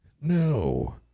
No